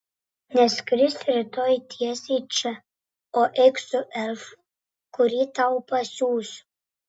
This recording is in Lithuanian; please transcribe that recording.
neskrisk rytoj tiesiai čia o eik su elfu kurį tau pasiųsiu